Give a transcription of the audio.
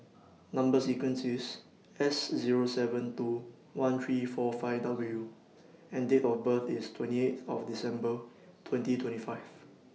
Number sequence IS S Zero seven two one three four five W and Date of birth IS twenty eight of December twenty twenty five